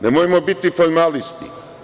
Nemojmo biti formalisti.